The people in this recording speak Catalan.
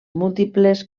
múltiples